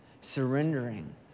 surrendering